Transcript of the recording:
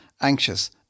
anxious